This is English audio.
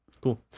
Cool